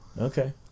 Okay